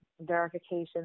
verification